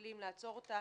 הכלים לעצור אותה